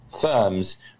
firms